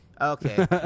Okay